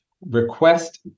request